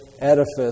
edifice